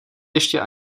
ještě